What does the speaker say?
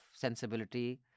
sensibility